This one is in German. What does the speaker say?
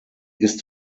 ist